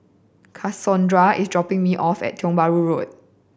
Cassondra is dropping me off at Tiong Bahru Road